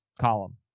column